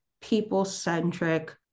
people-centric